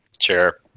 Sure